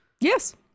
yes